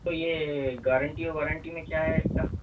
तो ये guarantee warranty में क्या है इसका